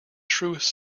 truest